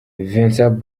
vincent